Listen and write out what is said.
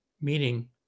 Meaning